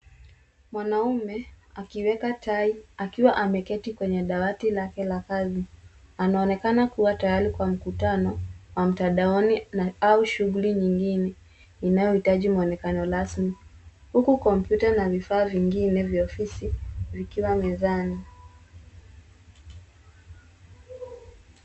Mwanaume akiweka tai akiwa ameketi kwenye dawati lake la kazi. Anaonekana kuwa tayari kwa mkutano wa mtandaoni au shughuli nyingine inayohitaji mwonekano rasmi huku kompyuta na vifaa vingine vya ofisi vikiwa mezani.